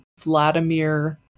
Vladimir